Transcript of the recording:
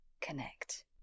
connect